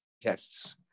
tests